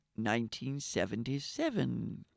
1977